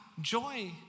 joy